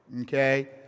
Okay